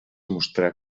mostrà